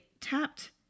tapped